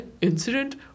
Incident